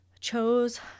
chose